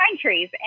trees